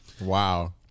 Wow